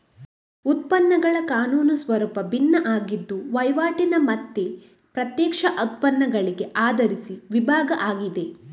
ಉತ್ಪನ್ನಗಳ ಕಾನೂನು ಸ್ವರೂಪ ಭಿನ್ನ ಆಗಿದ್ದು ವೈವಾಟಿನ ಮತ್ತೆ ಪ್ರತ್ಯಕ್ಷ ಉತ್ಪನ್ನಗಳಿಗೆ ಆಧರಿಸಿ ವಿಭಾಗ ಆಗಿದೆ